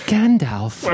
Gandalf